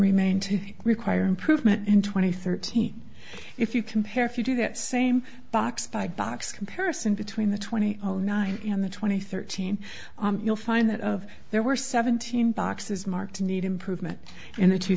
remained to require improvement and twenty thirteen if you compare if you do that same box by box comparison between the twenty zero zero nine and the twenty thirteen you'll find that of there were seventeen boxes marked need improvement in the two